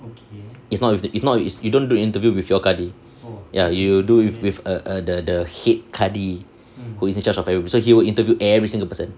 is not with the is not you don't interview with your kadi ya you do with with err the the head kadi who is in charge of everyone so he will interview every single person